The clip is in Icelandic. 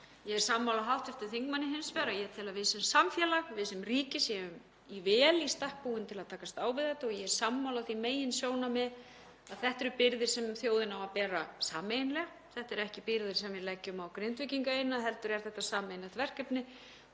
Ég er sammála hv. þingmanni hins vegar um að við sem samfélag, við sem ríki séum vel í stakk búin til að takast á við þetta og ég er sammála því meginsjónarmiði að þetta eru byrðar sem þjóðin á að bera sameiginlega. Þetta eru ekki byrðar sem við leggjum á Grindvíkinga eina heldur er þetta sameiginlegt verkefni